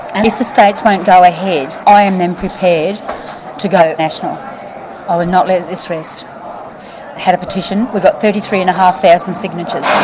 and if the states won't go ahead, i am then prepared to go national. i will not let this rest. we had a petition, we got thirty-three-and-a-half-thousand signatures,